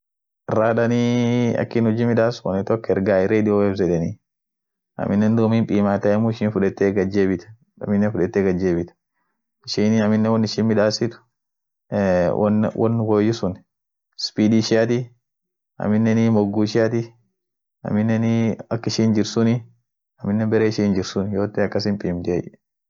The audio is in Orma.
Metal takern sun ak inin huji midas. woni tok ergai magnetic field. yeden woni sun erge duumi hinmidaasai. midaase dumii won karibua sun fa, sunii ach borbaadai duum. won woishin chuuma, achisun fa, chuma ak aayo midetifa won birian borbaaden akas gagar hubsiis